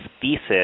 thesis